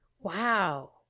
Wow